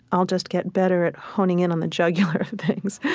i'll just get better at honing in on the jugular of things,